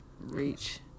reach